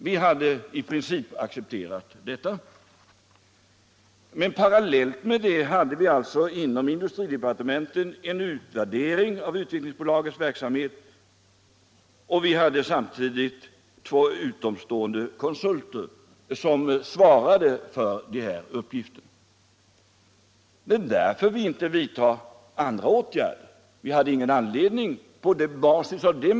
Vi hade i princip accepterat detta men parallellt gjorde vii industridepartementet en utvärdering om Svenska Utvecklingsaktiebolagots verksamhet. Två utomstående konsulter ansvarade därvid för denna utvärdering. Det är anledningen till att vi inte vidtog andra åtgärder.